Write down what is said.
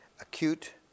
Acute